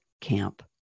camp